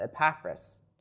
Epaphras